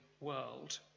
world